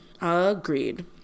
Agreed